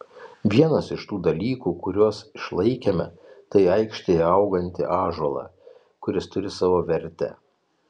vienas iš tų dalykų kuriuos išlaikėme tai aikštėje augantį ąžuolą kuris turi savo vertę